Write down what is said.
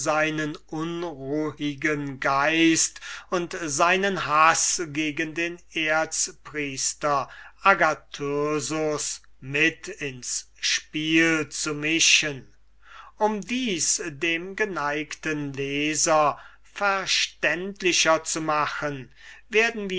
unruhigen geist und seinen haß gegen den erzpriester agathyrsus mit ins spiel zu mischen um dies dem geneigten leser verständlicher zu machen werden